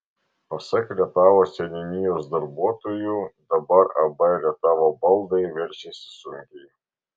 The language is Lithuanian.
pasak rietavo seniūnijos darbuotojų dabar ab rietavo baldai verčiasi sunkiai